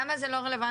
למה זה לא רלוונטי?